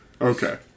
Okay